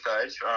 stage